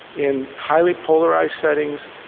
in highly polarized settings,